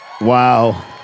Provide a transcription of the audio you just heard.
Wow